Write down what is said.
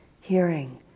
hearing